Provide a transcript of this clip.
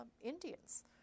Indians